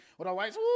Otherwise